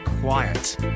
quiet